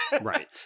Right